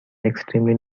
extremely